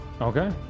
Okay